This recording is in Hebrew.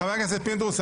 חבר הכנסת פינדרוס,